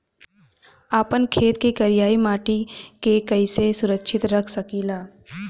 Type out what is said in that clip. आपन खेत के करियाई माटी के कइसे सुरक्षित रख सकी ला?